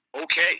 Okay